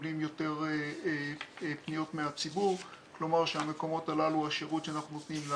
נציבות פניות הציבור שכפי שאתם רואים פה מרבית הפניות שמגיעות אלינו